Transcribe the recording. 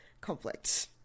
conflict